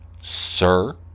sir